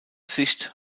sicht